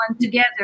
together